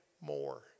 more